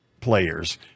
players